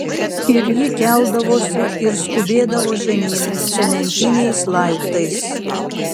ir ji keldavosi ir skubėdavo žemyn cementiniais laiptais